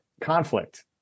conflict